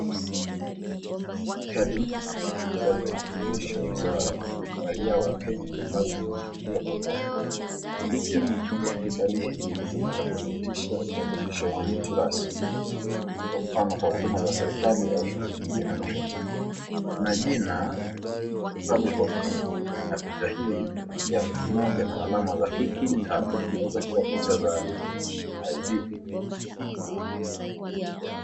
Kadi za utambulisho za raia wa Kenya ambazo zimeshikiliwa pamoja kama kikapu ya mpira. Kadi hizi hutumika kudhibitisha utambulisho wa mtu rasmi. Kwa mfano kwa huduma za serikali au shughuli nyingine na muhimu. Na jina Republic of Kenya na picha hii ya mtu mmoja na alama za kidigitali. Inaweza kuwa picha za ID .